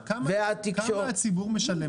כמה הציבור משלם?